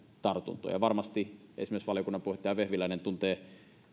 tartuntoja kun varmasti esimerkiksi valiokunnan puheenjohtaja vehviläinen tuntee